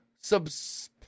subs